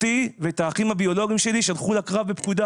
אותי ואת האחים הביולוגיים שלי שלחו לקרב בפקודה